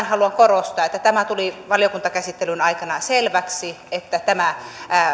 haluan korostaa että tämä tuli valiokuntakäsittelyn aikana selväksi että